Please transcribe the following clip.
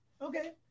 Okay